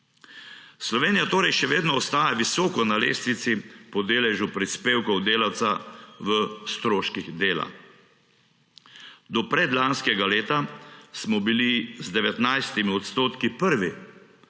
Slovenija torej še vedno ostaja visoko na lestvici po deležu prispevkov delavca v stroških dela. Do predlanskega leta smo bili z 19 odstotki prvi,